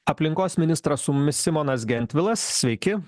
aplinkos ministras su mumis simonas gentvilas sveiki